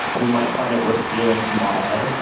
you might find it worth stealing tomorrow,